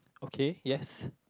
okay yes